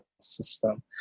System